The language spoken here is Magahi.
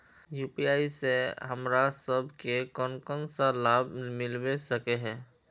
यु.पी.आई से हमरा सब के कोन कोन सा लाभ मिलबे सके है?